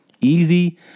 Easy